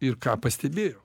ir ką pastebėjau